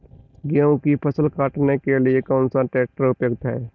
गेहूँ की फसल काटने के लिए कौन सा ट्रैक्टर उपयुक्त है?